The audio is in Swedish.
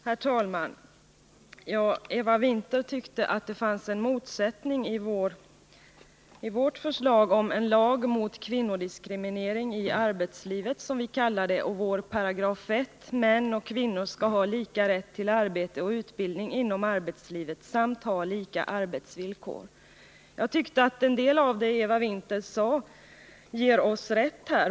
Herr talman! Ja, Eva Winther tyckte att det fanns en motsättning i vårt förslag till Lag mot kvinnodiskriminering i arbetslivet, som vi kallar det, och dess 1 §: Män och kvinnor skall ha lika rätt till arbete och utbildning inom arbetslivet samt ha lika arbetsvillkor. Jag tycker att Eva Winther här på en del punkter ger oss rätt.